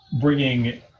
bringing